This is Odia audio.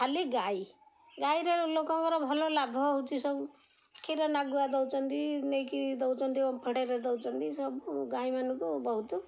ଖାଲି ଗାଈ ଗାଈରେ ଲୋକଙ୍କର ଭଲ ଲାଭ ହେଉଛି ସବୁ କ୍ଷୀର ନାଗୁଆ ଦେଉଛନ୍ତି ନେଇକି ଦେଉଛନ୍ତି ଓମଫେଡ଼ରେ ଦେଉଛନ୍ତି ସବୁ ଗାଈମାନଙ୍କୁ ବହୁତ